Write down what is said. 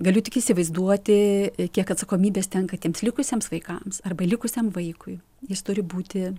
galiu tik įsivaizduoti kiek atsakomybės tenka tiems likusiems vaikams arba likusiam vaikui jis turi būti